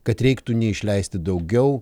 kad reiktų neišleisti daugiau